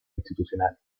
institucional